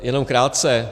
Jenom krátce.